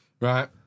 Right